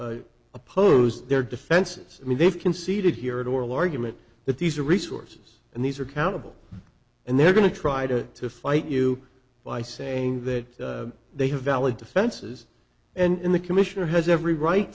oppose their defenses i mean they've conceded here at oral argument that these are resources and these are countable and they're going to try to fight you by saying that they have valid defenses and in the commissioner has every right